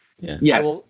Yes